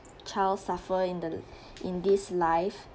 child suffer in the in this life